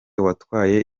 watwaye